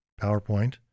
PowerPoint